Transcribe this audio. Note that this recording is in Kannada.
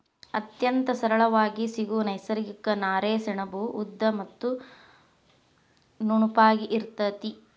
ಅತ್ಯಂತ ಸರಳಾಗಿ ಸಿಗು ನೈಸರ್ಗಿಕ ನಾರೇ ಸೆಣಬು ಉದ್ದ ಮತ್ತ ನುಣುಪಾಗಿ ಇರತತಿ